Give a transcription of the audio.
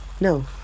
No